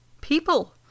people